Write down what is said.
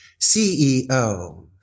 CEO